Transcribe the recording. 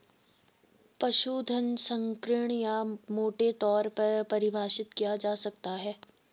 पशुधन संकीर्ण या मोटे तौर पर परिभाषित किया जा सकता है